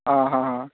आं हां हां